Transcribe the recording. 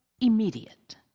immediate